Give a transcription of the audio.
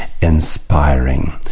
inspiring